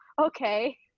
Okay